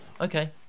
okay